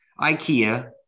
IKEA